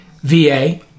VA